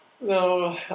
No